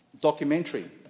documentary